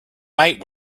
might